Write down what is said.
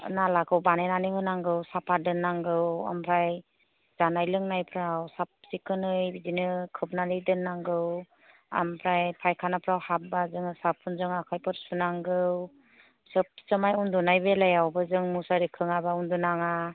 नालाखौ बानायनानै होनांगौ साफा दोननांगौ ओमफ्राय जानाय लोंनायफ्राव साखोन सिखोनै बिदिनो खोबनानै दोननांगौ ओमफ्राय फायखानाफ्राव हाबबा जोङो साबुनजों आखाइखौ सुनांगौ सोब समाय उन्दुनाय बेलायावबो जों मुसारि खोङाबा उन्दुनो नाङा